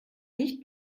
nicht